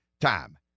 time